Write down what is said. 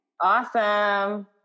Awesome